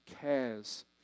cares